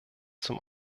zum